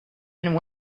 and